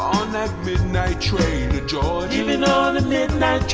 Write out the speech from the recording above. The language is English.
that midnight train to georgia leaving on a midnight